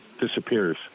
disappears